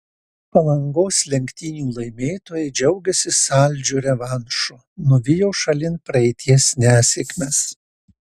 palangos lenktynių laimėtojai džiaugiasi saldžiu revanšu nuvijo šalin praeities nesėkmes